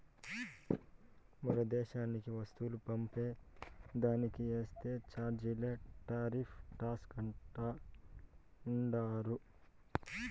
మరో దేశానికి వస్తువులు పంపే దానికి ఏసే చార్జీలే టార్రిఫ్ టాక్స్ అంటా ఉండారు